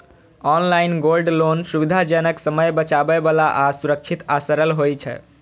online gold loan सुविधाजनक, समय बचाबै बला आ सुरक्षित आ सरल होइ छै